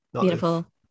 Beautiful